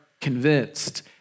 convinced